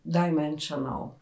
dimensional